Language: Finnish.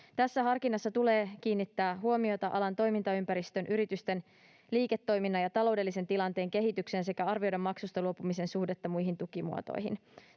Tässä harkinnassa tulee kiinnittää huomiota alan toimintaympäristön, yritysten liiketoiminnan ja taloudellisen tilanteen kehitykseen sekä arvioida maksusta luopumisen suhdetta muihin tukimuotoihin.